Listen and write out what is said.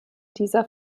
dieser